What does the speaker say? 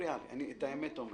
מפריע לי, אני את האמת אומר.